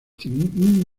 tienen